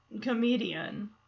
comedian